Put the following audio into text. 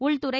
உள்துறை